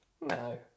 No